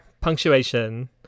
punctuation